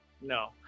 No